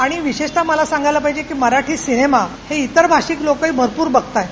आणि विशेषतः मला सांगयला पाहिजे की मराठी सिनेमा हे इतर भाशिक लोकही भरपूर बघतायेत